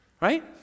right